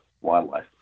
wildlife